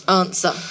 answer